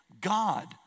God